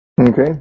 Okay